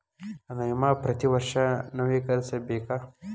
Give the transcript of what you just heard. ನನ್ನ ವಿಮಾ ಪ್ರತಿ ವರ್ಷಾ ನವೇಕರಿಸಬೇಕಾ?